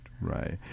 right